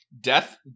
death